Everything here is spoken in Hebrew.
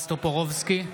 טופורובסקי,